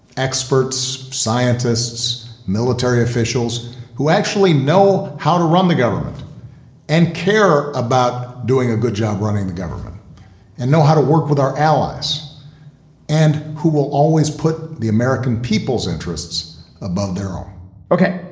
experts, scientists, military officials who actually know how to run the government and care about doing a good job running the government and know how to work with our allies and who will always put the american people's interests above their own ok.